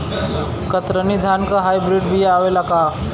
कतरनी धान क hybrid बिया आवेला का?